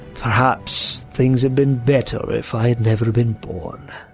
perhaps things had been better if i had never been born.